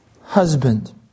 husband